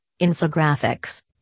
infographics